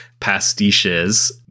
pastiches